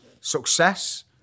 success